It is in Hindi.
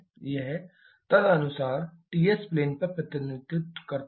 यह तदनुरूप Ts प्लेन पर प्रतिनिधित्व करता है